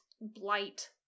blight